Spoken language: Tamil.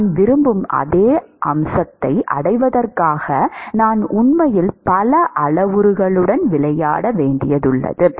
நான் விரும்பும் அதே அம்சத்தை அடைவதற்காக நான் உண்மையில் பல அளவுருக்களுடன் விளையாட முடியும்